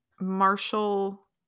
Marshall